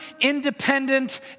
independent